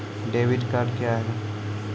Debit card क्या हैं?